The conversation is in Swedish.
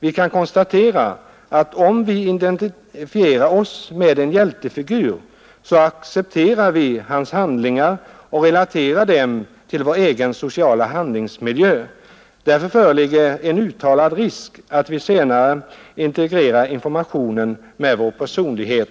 Vi kan konstatera att om vi identifierar oss med en hjältefigur så accepterar vi hans handlingar och relaterar dem till vår egen sociala handlingsmiljö. Därför föreligger en uttalad risk att vi senare integrerar informationen med vår personlighet.